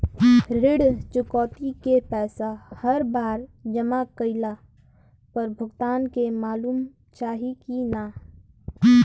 ऋण चुकौती के पैसा हर बार जमा कईला पर भुगतान के मालूम चाही की ना?